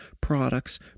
products